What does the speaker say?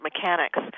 mechanics